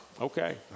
Okay